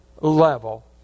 level